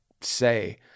say